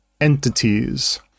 entities